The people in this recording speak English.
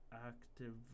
active